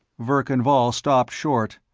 verkan vall stopped short,